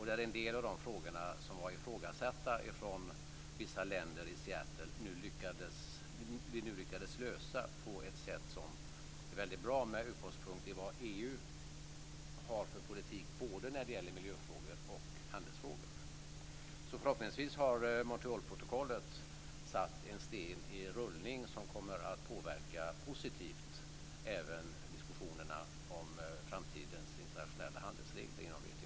En del av de frågor som var ifrågasatta av vissa länder i Seattle lyckades vi nu lösa på ett sätt som är väldigt bra med utgångspunkt i vad EU har för politik både när det gäller miljöfrågor och handelsfrågor. Förhoppningsvis har Montrealprotokollet satt en sten i rullning som kommer att positivt påverka även diskussionerna om framtidens internationella handelsregler inom WTO.